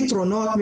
פתרונות,